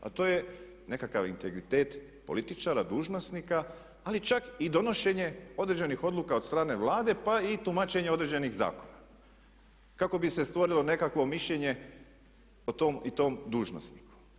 A to je nekakav integritet političara, dužnosnika ali čak i donošenje određenih odluka od strane Vlade pa i tumačenje određenih zakona kako bi se stvorilo nekakvo mišljenje o tom i tom dužnosniku.